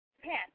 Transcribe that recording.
Japan